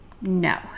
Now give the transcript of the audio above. no